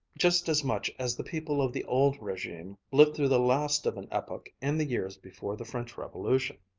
just as much as the people of the old regime lived through the last of an epoch in the years before the french revolution.